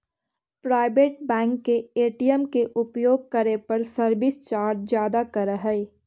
private bank के ATM के उपयोग करे पर सर्विस चार्ज ज्यादा करऽ हइ